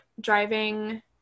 driving